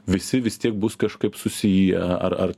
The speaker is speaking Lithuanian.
visi vis tiek bus kažkaip susiję ar ar